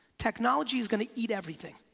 technology is gonna eat everything.